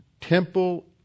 temple